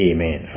Amen